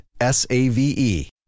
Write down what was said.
S-A-V-E